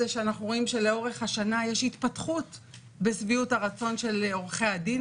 אנחנו רואים שלאורך השנה יש התפתחות בשביעות הרצון של עורכי הדין.